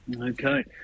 Okay